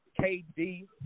KD